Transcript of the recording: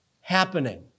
happening